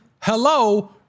hello